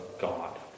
God